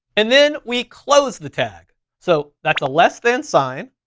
and then we close the tag. so that's a less than sign,